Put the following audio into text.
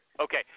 Okay